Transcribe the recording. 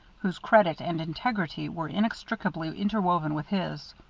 whose credit and integrity were inextricably interwoven with his.